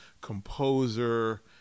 composer